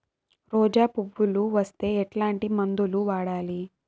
రోజా పువ్వులు వస్తే ఎట్లాంటి మందులు వాడాలి?